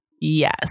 Yes